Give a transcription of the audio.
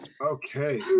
Okay